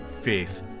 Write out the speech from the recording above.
faith